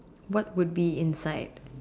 what would be inside